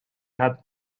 had